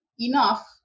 enough